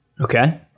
Okay